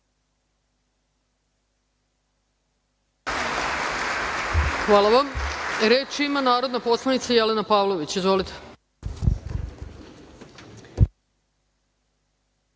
Hvala vam. Reč ima narodna poslanica Jelena Pavlović. Izvolite.